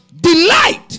Delight